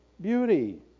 beauty